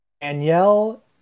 Danielle